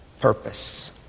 purpose